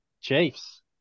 Chiefs